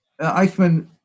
Eichmann